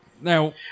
Now